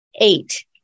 Eight